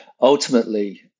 ultimately